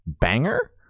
banger